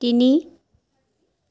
তিনি